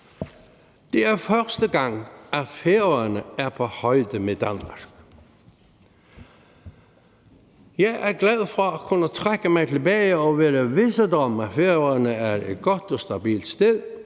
Det er første gang, at Færøerne er på højde med Danmark. Jeg er glad for at kunne trække mig tilbage og være forvisset om, at Færøerne er et godt og stabilt sted,